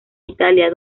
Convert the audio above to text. italia